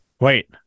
Wait